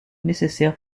nécessaire